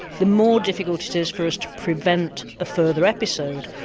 the more difficult it is for us to prevent a further episode,